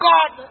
God